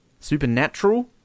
Supernatural